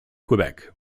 quebec